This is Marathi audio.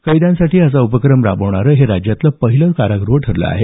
कैद्यांसाठी असा उपक्रम राबवणारं हे राज्यातलं पहिलं कारागृह ठरलं आहे